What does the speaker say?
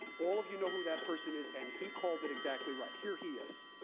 all of you know who that person is, and he called it exactly right. here he is.